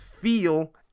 feel